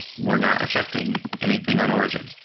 we're not affecting anything on origin.